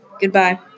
Goodbye